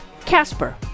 Casper